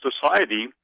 society